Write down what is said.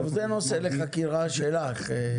זה נושא לחקירה שלך.